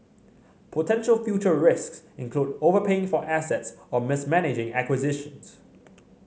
potential future risks include overpaying for assets or mismanaging acquisitions